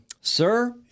sir